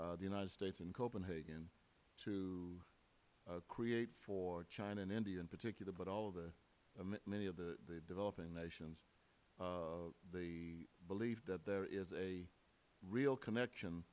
for the united states in copenhagen to create for china and india in particular but all of the many of the developing nations the belief that there is a real connection